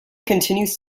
continues